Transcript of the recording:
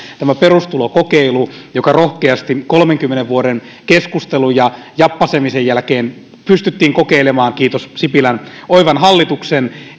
tämän perustulokokeilunkin joka rohkeasti kolmenkymmenen vuoden keskustelun ja jappaisemisen jälkeen pystyttiin kokeilemaan kiitos sipilän oivan hallituksen